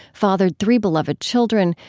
fathered three beloved children,